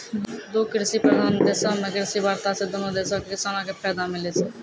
दु कृषि प्रधान देशो मे कृषि वार्ता से दुनू देशो के किसानो के फायदा मिलै छै